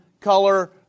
color